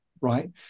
right